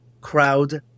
crowd